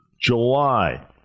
July